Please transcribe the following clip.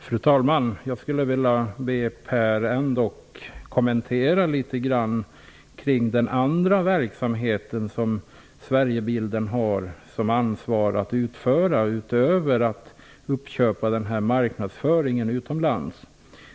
Fru talman! Jag skulle vilja be Per Westerberg kommentera den andra verksamhet, utöver att köpa upp marknadsföring utomlands, som Sverigebilden har ansvar för.